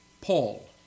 Paul